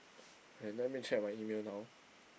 okay let me check my email now